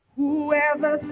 Whoever